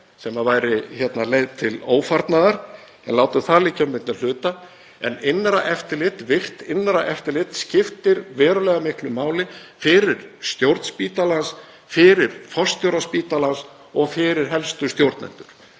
sem væri leið til ófarnaðar, en látum það liggja milli hluta. En innra eftirlit, virkt innra eftirlit, skiptir verulega miklu máli fyrir stjórn spítalans, fyrir forstjóra spítalans og fyrir helstu stjórnendur.